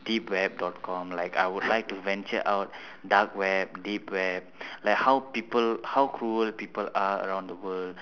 deep web dot com like I would like to venture out dark web deep web like how people how cruel people are around the world